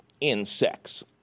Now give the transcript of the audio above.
insects